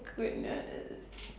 goodness